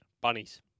Bunnies